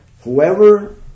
Whoever